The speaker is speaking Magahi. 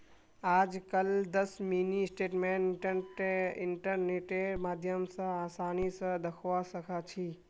आजकल दस मिनी स्टेटमेंट इन्टरनेटेर माध्यम स आसानी स दखवा सखा छी